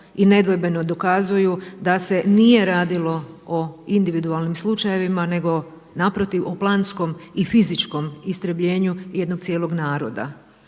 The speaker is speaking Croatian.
i nedvojbeno dokazuju da se nije radilo o individualnim slučajevima, nego naprotiv o planskom i fizičkom istrebljenju jednog cijelog naroda.